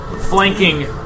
flanking